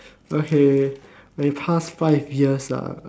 okay my pass five years lah